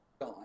die